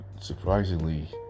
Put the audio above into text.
Surprisingly